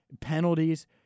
penalties